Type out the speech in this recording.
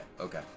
Okay